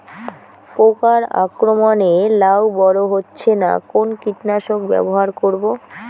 পোকার আক্রমণ এ লাউ বড় হচ্ছে না কোন কীটনাশক ব্যবহার করব?